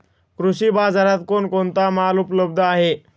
कृषी बाजारात कोण कोणता माल उपलब्ध आहे?